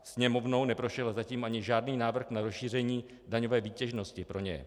Sněmovnou neprošel zatím ani žádný návrh na rozšíření daňové výtěžnosti pro ně.